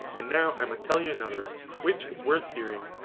and now i must tell you another, which is worth hearing,